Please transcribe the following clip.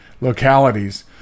localities